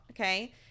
Okay